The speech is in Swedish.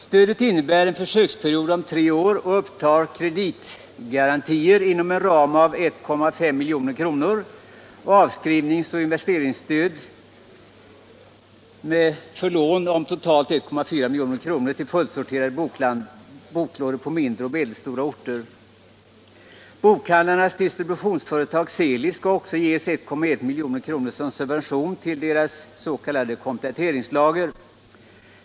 Stödet innebär en försöksperiod om tre år och upptar kreditgarantier inom en ram av 1,5 milj.kr. samt avskrivningsoch investeringsstöd för lån om totalt 1,4 milj.kr. till fullsorterade boklådor på mindre eller medelstora orter. Bokhandlarnas distributionsföretag Seelig skall också ges 1,1 milj.kr. som subvention till sitt s.k. kompletteringslager.